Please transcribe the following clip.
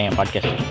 podcast